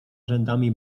rzędami